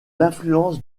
l’influence